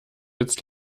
jetzt